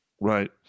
Right